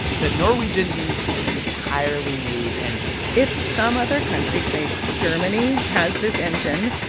that norwegian needs an entirely new engine if some other country say, germany has this engine,